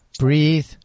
Breathe